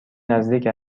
نزدیک